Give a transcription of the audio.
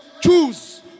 choose